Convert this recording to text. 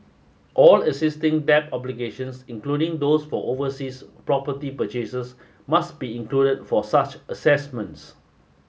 all existing debt obligations including those for overseas property purchases must be included for such assessments